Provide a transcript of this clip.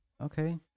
Okay